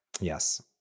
Yes